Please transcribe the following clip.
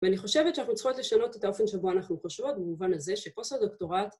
ואני חושבת שאנחנו צריכות לשנות את האופן שבו אנחנו חושבות במובן הזה שפוסט הדוקטורט